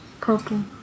purple